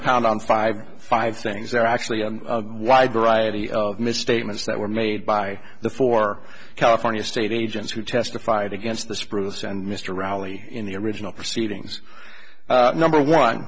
to pound on five five things are actually a wide variety of misstatements that were made by the four california state agents who testified against the spruce and mr rally in the original proceedings number one